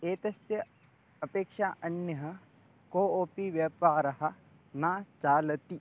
एतस्य अपेक्षा अन्यः कोपि व्यापारः न चलति